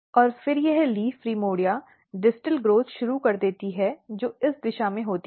और फिर यह लीफ प्राइमर्डिया डिस्टल ग्रोथ शुरू कर देती है जो इस दिशा में होती है